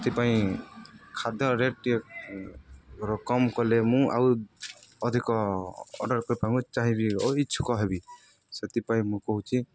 ସେଥିପାଇଁ ଖାଦ୍ୟ ରେଟ୍ ଟିକିଏ କମ୍ କଲେ ମୁଁ ଆଉ ଅଧିକ ଅର୍ଡ଼ର୍ କରିବାକୁ ଚାହିଁବି ଆଉ ଇଚ୍ଛୁକ ହେବି ସେଥିପାଇଁ ମୁଁ କହୁଛି